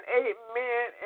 amen